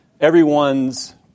everyone's